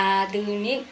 आधुनिक